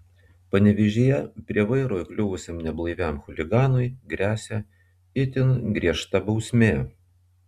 panevėžyje prie vairo įkliuvusiam neblaiviam chuliganui gresia itin griežta bausmė